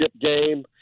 game